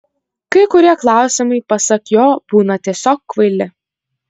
kai kurie klausimai pasak jo būna tiesiog kvaili